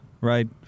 right